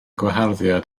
gwaharddiad